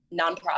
nonprofit